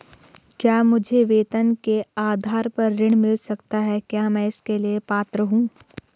क्या मुझे वेतन के आधार पर ऋण मिल सकता है क्या मैं इसके लिए पात्र हूँ?